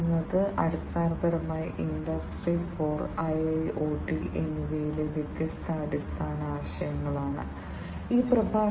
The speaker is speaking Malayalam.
ഇപ്പോൾ സമാന്തര വ്യാവസായിക ഐഒടി വളരെ ജനപ്രിയമായതും നാം കണ്ടു